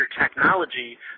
technology